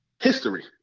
history